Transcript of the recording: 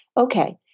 Okay